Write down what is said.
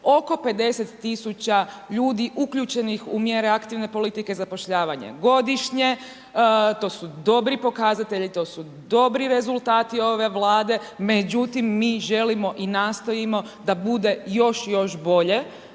oko 50 tisuća ljudi uključenih u mjere aktivne politike i zapošljavanje godišnje. To su dobri pokazatelji, to su dobri rezultati ove Vlade međutim mi želimo i nastojimo da bude još i još bolje